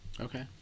Okay